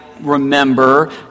remember